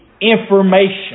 information